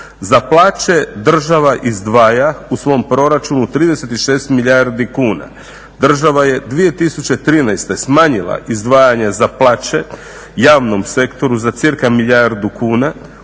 Za plaće država izdvaja u svom proračunu 36 milijardi kuna, država je 2013.smanjila izdvajanje za plaće javnom sektoru za cca milijardu kuna.